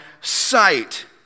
sight